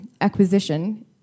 acquisition